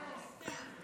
לא לתת להם רעיונות.